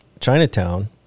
Chinatown